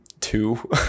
two